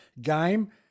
game